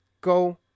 Go